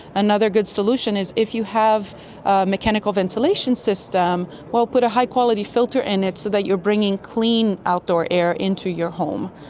another good solution is if you have a mechanical ventilation system, put a high quality filter in it so that you're bringing clean outdoor air into your home.